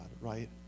right